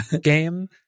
game